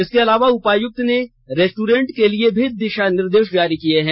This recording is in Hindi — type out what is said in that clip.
इसके अलावा उपायुक्त ने रेस्टोरेंट के लिए भी निर्देश जारी किए हैं